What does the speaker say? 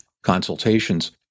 consultations